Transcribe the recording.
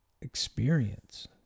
experience